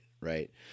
Right